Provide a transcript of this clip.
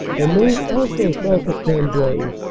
and known also south of cambrai,